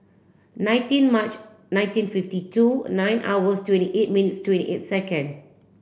nineteen March nineteen fifty two nine hours twenty eight minutes twenty eight second